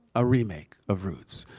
a remake of roots.